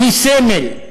היא סמל.